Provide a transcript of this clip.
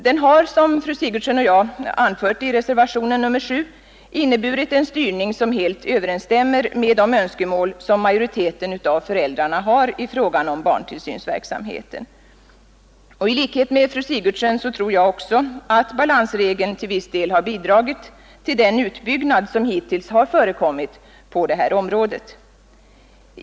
Den har, som fru Sigurdsen och jag anfört i reservationen 7, inneburit en styrning som helt överensstämmer med de önskemål som majoriteten av föräldrarna har i fråga om barntillsynsverksamheten, och i likhet med fru Sigurdsen tror jag att balansregeln till viss del har bidragit till den utbyggnad som hittills har förekommit på detta område.